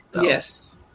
Yes